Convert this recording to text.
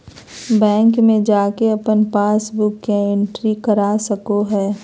bank में जाके अपन पासबुक के एंट्री करा सको हइ